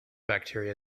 bacteria